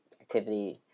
activity